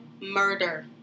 murder